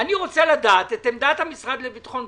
אני רוצה לדעת את עמדת המשרד לביטחון פנים,